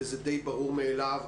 וזה ברור מאליו,